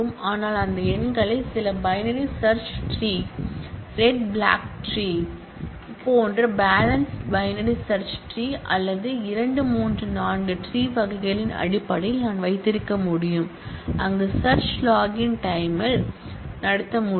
ஆனால் அந்த எண்களை சில binary search tree red black tree போன்ற பேலன்ஸ்ட் பைனரி சர்ச் ட்ரி அல்லது இரண்டு மூன்று நான்கு ட்ரி வகைகளின் அடிப்படையில் நான் வைத்திருக்க முடியும் அங்கு சர்ச் லாகின் டைமில் நடத்த முடியும்